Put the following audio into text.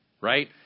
right